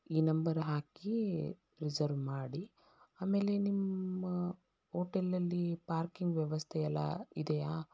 ಈ ನಂಬರ್ ಹಾಕಿ ರಿಸರ್ವ್ ಮಾಡಿ ಆಮೇಲೆ ನಿಮ್ಮ ಓಟೆಲಲ್ಲಿ ಪಾರ್ಕಿಂಗ್ ವ್ಯವಸ್ಥೆ ಎಲ್ಲ ಇದೆಯಾ